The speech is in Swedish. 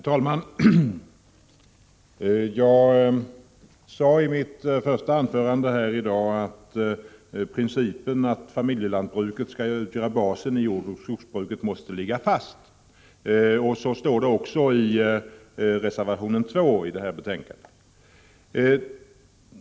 Herr talman! I mitt anförande sade jag att principen att familjelantbruket skall utgöra basen i jordoch skogsbruket måste ligga fast. Så står det också i reservation 2 i detta betänkande.